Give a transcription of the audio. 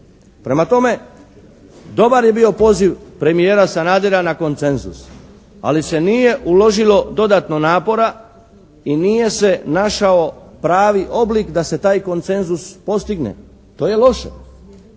Prema tome, dobar je bio poziv premijera Sanadera na konsenzus ali se nije uložilo dodatno napora i nije se našao pravi oblik da se taj konsenzus postigne. To je loše.